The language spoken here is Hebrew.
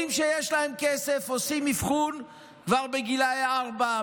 הורים שיש להם כסף עושים אבחון כבר בגיל ארבע,